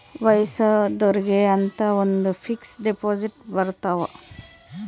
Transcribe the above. ವಯಸ್ಸಾದೊರ್ಗೆ ಅಂತ ಒಂದ ಫಿಕ್ಸ್ ದೆಪೊಸಿಟ್ ಬರತವ